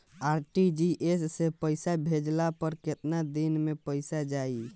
RTGS से पईसा भेजला पर केतना दिन मे पईसा जाई?